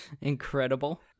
Incredible